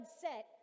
set